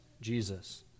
Jesus